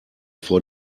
vor